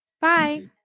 Bye